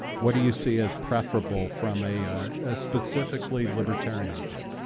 what do you see as preferable from a ah, a specifically libertarian view?